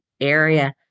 area